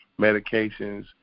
medications